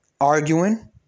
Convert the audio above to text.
arguing